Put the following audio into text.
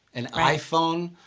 an iphone,